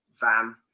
van